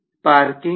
छात्र स्पार्किंग